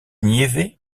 niévès